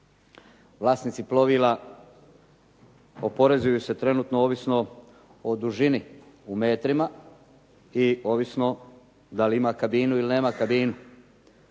Vlasnici plovila oporezuju se trenutno ovisno o dužini u metrima i ovisno da li ima kabinu ili nema kabinu.